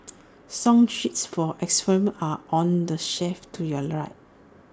song sheets for xylophones are on the shelf to your right